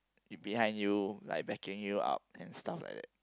it behind you like backing you up and stuff like that